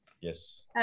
Yes